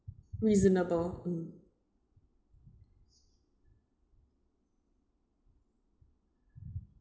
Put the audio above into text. reasonable mm